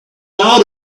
out